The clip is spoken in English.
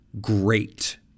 great